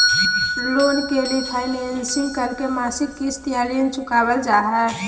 loan के refinancing करके मासिक किस्त या ऋण चुकावल जा हय